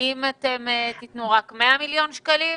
האם תיתנו רק 100 מיליון שקלים?